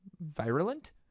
virulent